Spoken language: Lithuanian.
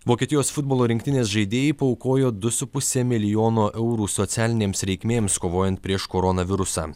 vokietijos futbolo rinktinės žaidėjai paaukojo du su puse milijono eurų socialinėms reikmėms kovojant prieš koronavirusą